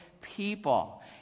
people